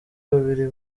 babiri